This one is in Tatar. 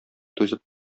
түзеп